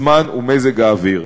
זמן ומזג אוויר.